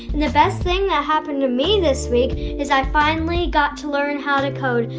and the best thing that happened to me this week is i finally got to learn how to code.